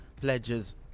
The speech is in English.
pledges